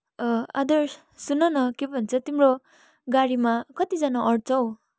आदर्श सुनन के पो भन्छ तिम्रो गाडीमा कतिजना अँट्छ हौ